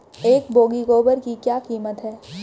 एक बोगी गोबर की क्या कीमत है?